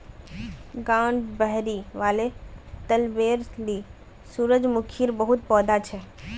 गांउर बहिरी वाले तलबेर ली सूरजमुखीर बहुत पौधा छ